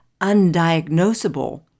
undiagnosable